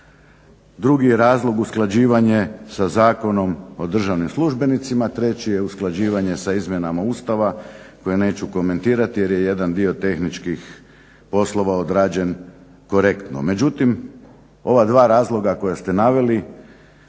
Drugi je razlog usklađivanje sa Zakonom o državnim službenicima. Treći je usklađivanje sa izmjenama Ustava koje neću komentirati jer je jedan dio tehničkih poslova odrađen korektno. Međutim, ova dva razloga koja ste naveli